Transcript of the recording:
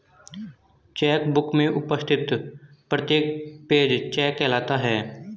check book में उपस्थित प्रत्येक पेज चेक कहलाता है